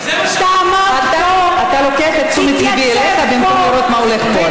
אתה לוקח את תשומת ליבי אליך במקום לראות מה הולך פה,